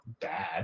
bad